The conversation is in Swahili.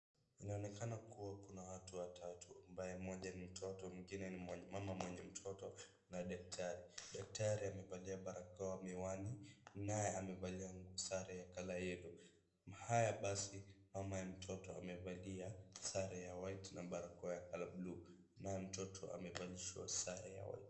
Inaonekana kuwa kuna watu watatu, ambaye mmoja ni mtoto mwingine ni mama mwenye mtoto na daktari , daktari amevalia barakoa, miwani naye amevalia sare ya color yellow [cs ] haya basi mama ya mtoto amevalia sare ya white na barakoa ya color blue naye mtoto amevalishwa sare ya white .